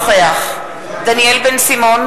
נוכח דניאל בן-סימון,